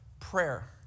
prayer